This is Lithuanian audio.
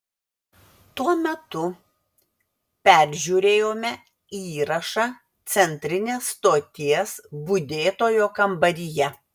tuo metu peržiūrėjome įrašą centrinės stoties budėtojo kambaryje